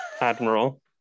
admiral